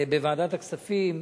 בוועדת הכספים